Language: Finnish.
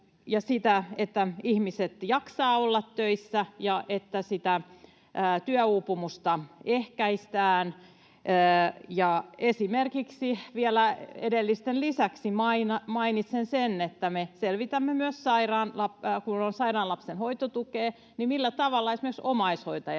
kaikkensa, että ihmiset jaksavat olla töissä ja että työuupumusta ehkäistään. Vielä edellisten lisäksi mainitsen esimerkiksi sen, että me selvitämme myös sairaan lapsen hoitotukea ja sitä, millä tavalla esimerkiksi omaishoitajaa